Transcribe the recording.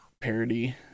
parody